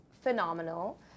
phenomenal